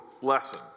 lesson